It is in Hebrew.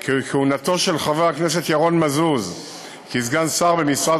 כי כהונתו של חבר הכנסת ירון מזוז כסגן שר במשרד